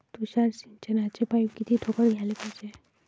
तुषार सिंचनाचे पाइप किती ठोकळ घ्याले पायजे?